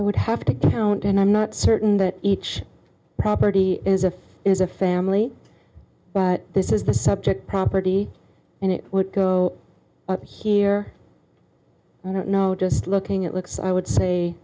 i would have to count and i'm not certain that each property is a is a family but this is the subject property and it would go here i don't know just looking it looks i would say